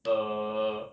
err